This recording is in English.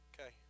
Okay